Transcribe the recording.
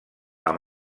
amb